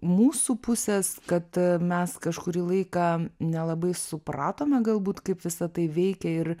mūsų pusės kad mes kažkurį laiką nelabai supratome galbūt kaip visa tai veikia ir